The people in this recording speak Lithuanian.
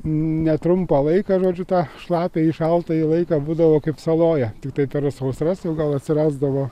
netrumpą laiką žodžiu tą šlapią šaltąjį laiką būdavo kaip saloje tiktai per sausras ir gal atsirasdavo